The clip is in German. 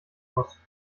muss